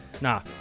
nah